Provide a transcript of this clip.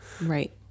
Right